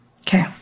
Okay